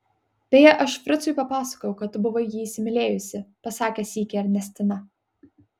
beje aš fricui papasakojau kad tu buvai jį įsimylėjusi pasakė sykį ernestina